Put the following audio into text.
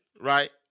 right